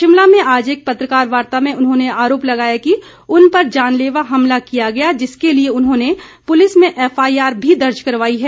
शिमला में आज एक पत्रकार वार्ता में उन्होंने आरोप लगाया कि उन पर जानलेवा हमला किया गया जिसके लिए उन्होंने पुलिस में एफआईआर भी दर्ज करवाई है